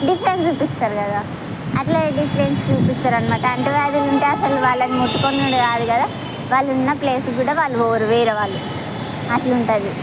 difference చూపిస్తారు కదా అట్లా డిఫరెన్స్ చూపిస్తారనమాట అంటువ్యాధులు ఉంటే అసలు వాళ్ళని ముట్టుకొనుడు కాదు కదా వాళ్ళు ఉన్న ప్లేస్కి కూడా వాళ్ళు పోరు వేరేవాళ్లు అట్లుంటుంది